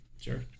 sure